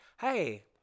hey –